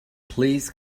please